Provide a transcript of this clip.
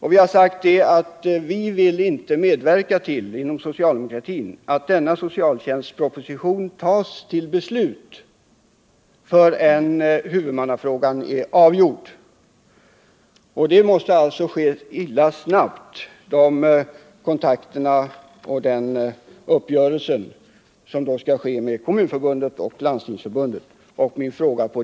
Vi har sagt att vi inom socialdemokratin inte vill medverka till att denna socialtjänstproposition tas upp till beslut förrän huvudmannafrågan är avgjord. Det måste alltså gå mycket snabbt med de kontakter och den uppgörelse som skall ske med Kommunförbundet och Landstingsförbundet.